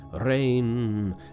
rain